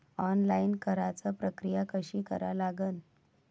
Online कराच प्रक्रिया कशी करा लागन?